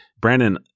Brandon